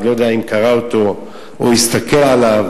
לא יודע אם קרא אותו או הסתכל עליו,